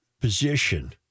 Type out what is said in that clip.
position